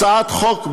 הצעת החוק,